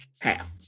Half